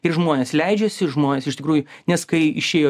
ir žmonės leidžiasi žmonės iš tikrųjų nes kai išėjo